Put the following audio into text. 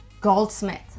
Goldsmith